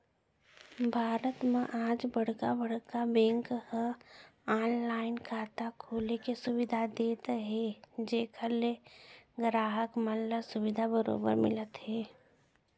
भारत म आज बड़का बड़का बेंक ह ऑनलाइन खाता खोले के सुबिधा देवत हे जेखर ले गराहक मन ल सुबिधा बरोबर मिलत हे